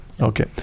Okay